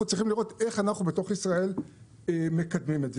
צריכים לראות איך אנחנו בתוך ישראל מקדמים את זה.